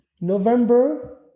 November